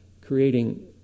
creating